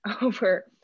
over